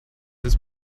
ist